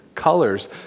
colors